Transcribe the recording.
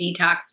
detox